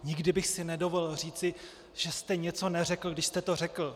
Nikdy bych si nedovolil říci, že jste něco neřekl, když jste to řekl.